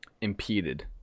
impeded